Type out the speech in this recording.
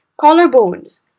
Collarbones